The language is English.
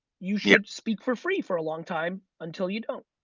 you should speak for free for a long time until you don't.